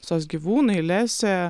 sos gyvūnai lesė